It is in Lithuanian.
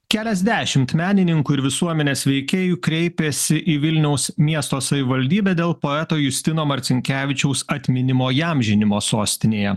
keliasdešimt menininkų ir visuomenės veikėjų kreipėsi į vilniaus miesto savivaldybę dėl poeto justino marcinkevičiaus atminimo įamžinimo sostinėje